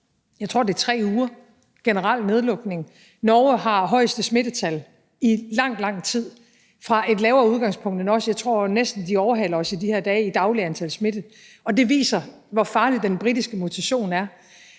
uger – det er en generel nedlukning – og Norge har det højeste smittetal i lang, lang tid fra et lavere udgangspunkt end os; jeg tror næsten, at de i de her dage overhaler os i dagligt antal smittede. Det viser, hvor farlig den britiske mutation er.